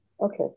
okay